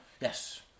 Yes